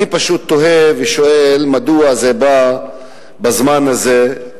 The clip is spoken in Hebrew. אני פשוט תוהה ושואל מדוע זה בא בזמן הזה,